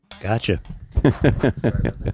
Gotcha